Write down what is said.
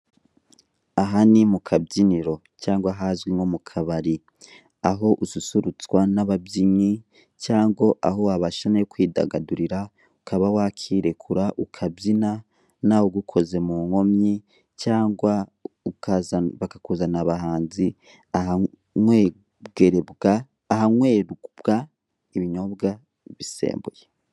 Aha ni mu kabyiniro cyangwa ahazwi nko mu kabari, aho ususurutswa n'ababyinnyi cyangwa aho wabasha nawe kwidagadurira ukaba wakirekura ukabyina ntawe ugukoze mu nkomyi cyangwa bakakuzanira abahanzi ahanywebwerebwa ahanywebwa ibinyobwa bisembuye.